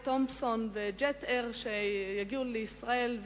"תומפסון" ו"ג'ט אייר" יגיעו לישראל.